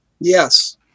Yes